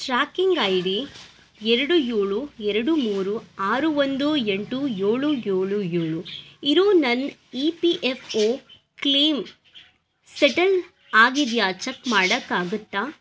tracking I D ಎರಡು ಏಳು ಎರಡು ಮೂರು ಆರು ಒಂದು ಎಂಟು ಏಳು ಏಳು ಏಳು ಇರೋ ನನ್ನ E P F O claim settle ಆಗಿದೆಯಾ ಚಕ್ ಮಾಡೋಕ್ಕಾಗತ್ತಾ